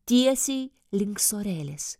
tiesiai link sorelės